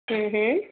हम्म हम्म